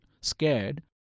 scared